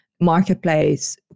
marketplace